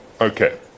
Okay